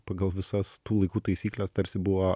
pagal visas tų laikų taisykles tarsi buvo